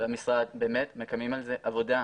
והמשרד מקיימים על זה עבודה.